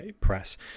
Press